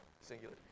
singular